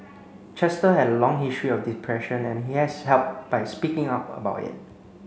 Chester had a long history of depression and he has helped by speaking up about it